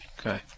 Okay